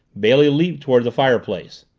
bailey leaped toward the fireplace.